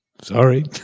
Sorry